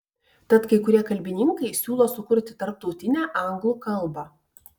tad kai kurie kalbininkai siūlo sukurti tarptautinę anglų kalbą